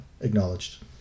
acknowledged